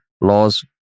laws